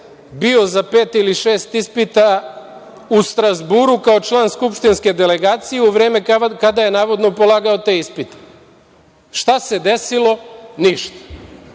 bio za pet ili šest ispita u Strazburu, kao član skupštinske delegacije u vreme kada je navodno polagao te ispite. Šta se desilo? Ništa.